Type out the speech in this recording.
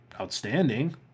outstanding